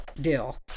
deal